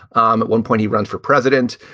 um one point he runs for president.